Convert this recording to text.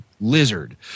lizard